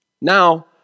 Now